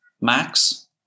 max